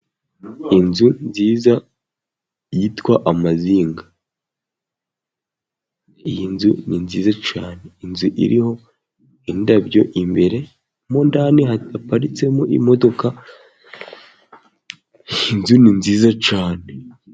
Inzu nziza yitwa amazinga, iyi nzu ni nziza cyane inzu iriho indabo imbere, mo ndani haparitsemo imodoka, inzu ni nziza cyane.